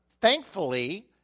Thankfully